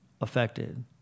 affected